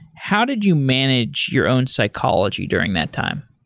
how did you manage your own psychology during that time?